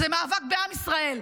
זה מאבק בעם ישראל.